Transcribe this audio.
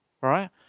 right